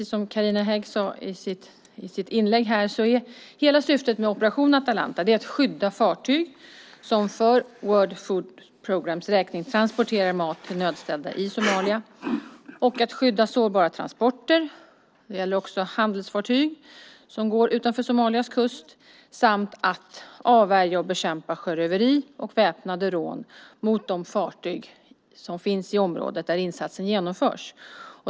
Som Carina Hägg sade i sitt inlägg här är hela syftet med Operation Atalanta att skydda fartyg som för World Food Programmes räkning transporterar mat till nödställda i Somalia och att skydda sårbara transporter - det gäller också handelsfartyg som går utanför Somalias kust - samt att avvärja och bekämpa sjöröveri och väpnade rån mot de fartyg som finns i området där insatsen genomförs.